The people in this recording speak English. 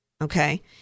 okay